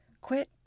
Quit